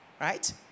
Right